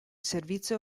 servizio